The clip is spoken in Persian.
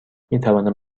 میتوانم